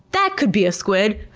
that could be a squid!